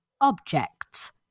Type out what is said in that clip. objects